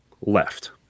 left